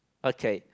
okay